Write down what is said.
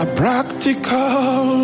practical